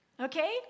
okay